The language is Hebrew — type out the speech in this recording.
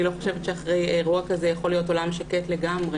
אני לא חושבת שאחרי אירוע כזה יכול להיות עולם שקט לגמרי